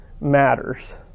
matters